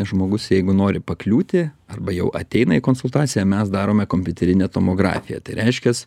žmogus jeigu nori pakliūti arba jau ateina į konsultaciją mes darome kompiuterinę tomografiją tai reiškias